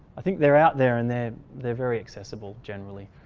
i think they're out there and they're they're very accessible generally.